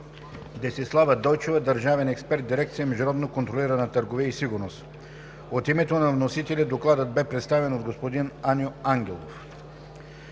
Десислава Дойчева – държавен експерт в Дирекция „Международно контролирана търговия и сигурност“. От името на вносителя Докладът бе представен от господин Аню Ангелов.